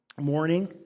morning